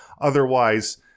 otherwise